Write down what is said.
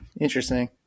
Interesting